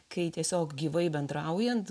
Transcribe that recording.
kai tiesiog gyvai bendraujant